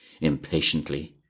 impatiently